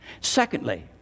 Secondly